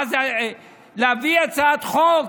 מה זה להביא הצעת חוק,